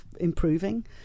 improving